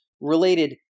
related